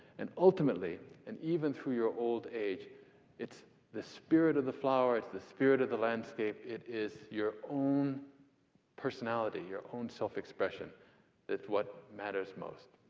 and ultimately and even through your old age it's the spirit of the flower, it's the spirit of the landscape, it is your own personality, your own self-expression is what matters most.